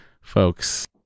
folks